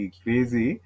crazy